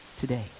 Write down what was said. today